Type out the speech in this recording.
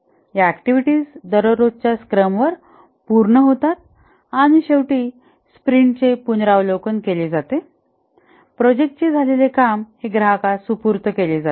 या ऍक्टिव्हिटीज दररोजच्या स्क्रमवर पूर्ण होतात आणि शेवटी स्प्रिंटचे पुनरावलोकन केले जाते आणि प्रोजेक्टचे झालेले काम हे ग्राहकास सुपूर्त केले जाते